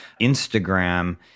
Instagram